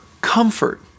comfort